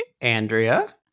Andrea